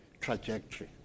trajectory